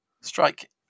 strike